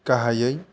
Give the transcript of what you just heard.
गाहायै